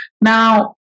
Now